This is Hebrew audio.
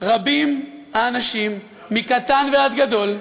רבים האנשים, מקטן ועד גדול,